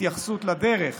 התייחסות לדרך